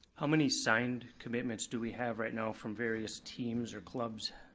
how many signed commitments do we have right now from various teams or clubs?